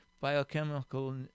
biochemical